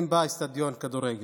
אין אצטדיון כדורגל.